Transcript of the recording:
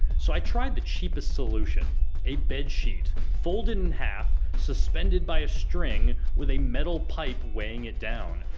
so i tried the cheapest solution a bed sheet, folded in half, suspended by string, with a metal pipe weighing it down.